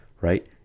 right